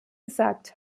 gesagt